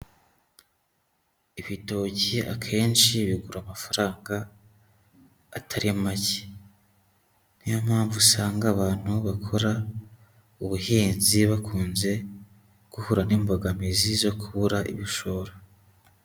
Ibitoki akenshi bigura amafaranga atari make, ni yo mpamvu usanga abantu bakora ubuhinzi bakunze guhura n'imbogamizi zo kubura ibishoro.